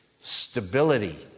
stability